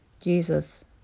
Jesus